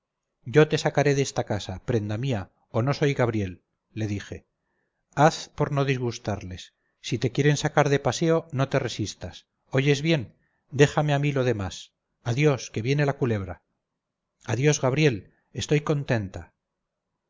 yo te sacaré de esta casa prenda mía o no soy gabriel le dije haz por no disgustarles si te quieren sacar de paseo no te resistas oyes bien déjame a mí lo demás adiós que viene la culebra adiós gabriel estoy contenta